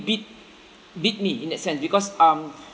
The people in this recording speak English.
beat beat me in that sense because um